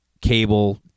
cable